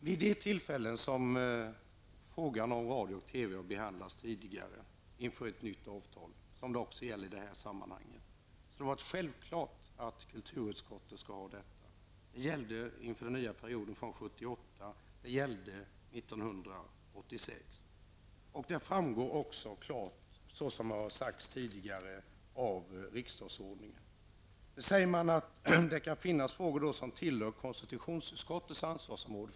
Vid de tillfällen som frågan om radio och TV har behandlats tidigare inför ett nytt avtal, vilket det också gäller i detta sammanhang, har det varit självklart att kulturutskottet skulle behandla saken. Det gällde inför den nya perioden från 1978, och det gällde 1986. Som framhållits tidigare framgår det också klart av riksdagsordningen. Nu sägs det att det kan finnas frågor som tillhör konstitutionsutskottets ansvarsområde.